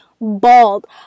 bald